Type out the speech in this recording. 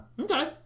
Okay